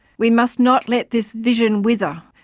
we must not let this vision wither,